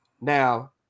now